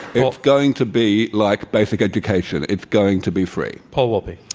and it's going to be like basic education. it's going to be free. paul wolpe.